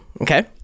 Okay